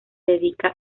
dedica